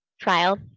trial